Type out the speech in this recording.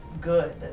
good